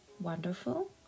wonderful